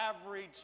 average